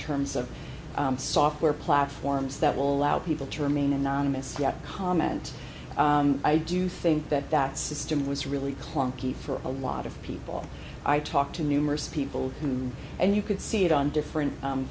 terms of software platforms that will allow people to remain anonymous comment i do think that that system was really clunky for a lot of people i talked to numerous people who knew and you could see it on different